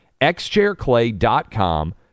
Xchairclay.com